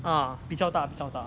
ah 比较大比较大